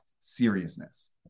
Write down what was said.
seriousness